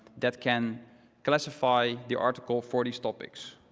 that can classify the article for these topics.